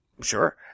Sure